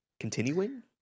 continuing